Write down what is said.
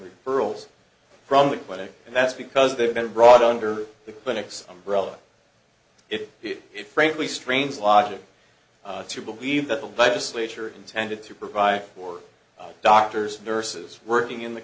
referrals from the clinic and that's because they've been brought under the clinics umbrella if it frankly strains logic to believe that the legislature intended to provide for doctors and nurses working in the